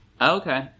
Okay